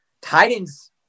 Titans